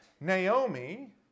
Naomi